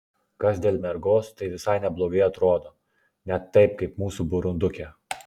kas dėl mergos tai visai neblogai atrodo ne taip kaip mūsų burundukė